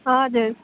हजुर